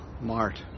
Mart